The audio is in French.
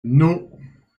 non